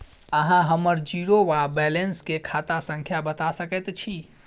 अहाँ हम्मर जीरो वा बैलेंस केँ खाता संख्या बता सकैत छी?